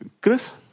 Chris